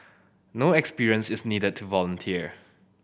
no experience is needed to volunteer